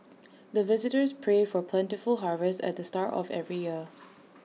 the visitors pray for plentiful harvest at the start of every year